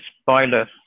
spoiler